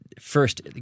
first